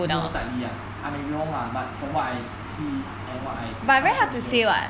most likely ah I may be wrong lah but for from what I see and what I 看那些 videos